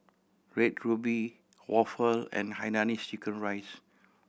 Red Ruby waffle and hainanese chicken rice